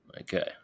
Okay